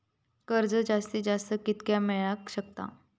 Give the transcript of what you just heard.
कर्ज जास्तीत जास्त कितक्या मेळाक शकता?